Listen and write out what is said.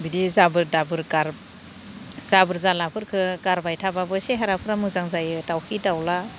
बिदि जाबोर दाबोर गार जाबोर जालाफोरखो गारबाय थाब्लाबो सेहेराफ्रा मोजां जायो दाउखि दाउला